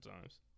times